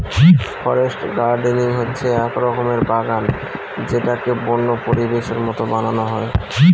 forest gardening হচ্ছে এক রকমের বাগান যেটাকে বন্য পরিবেশের মতো বানানো হয়